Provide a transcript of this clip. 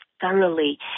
Thoroughly